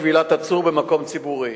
כבילת עצור במקום ציבורי.